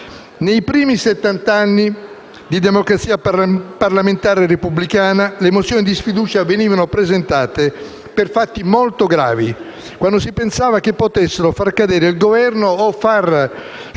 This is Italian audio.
Nei primi settant'anni di democrazia parlamentare repubblicana le mozioni di sfiducia venivano presentate per fatti molto gravi, quando si pensava che potessero far cadere il Governo o far sciogliere